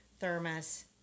thermos